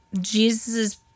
Jesus